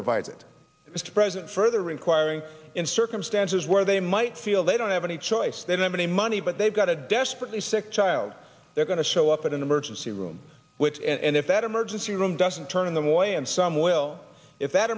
provides it is to present further inquiry in circumstances where they might feel they don't have any choice they don't have any money but they've got a desperately sick child they're going to show up at an emergency room which and if that emergency room doesn't turn in the way and some will if that